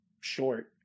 short